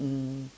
mm